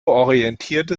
orientierte